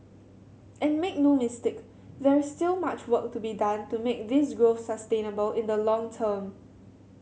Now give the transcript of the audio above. and make no mistake there's still much work to be done to make this growth sustainable in the long term